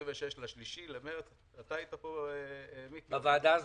ב-26.3 --- בוועדה הזמנית.